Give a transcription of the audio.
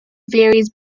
varies